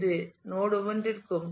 இது நோட் ஒவ்வொன்றிற்கும்